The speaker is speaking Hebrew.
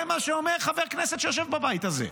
זה מה שאומר חבר כנסת שיושב בבית הזה,